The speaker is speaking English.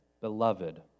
beloved